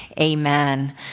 amen